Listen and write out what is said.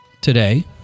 today